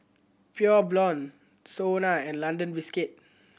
Pure Blonde SONA and London Biscuit